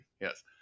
Yes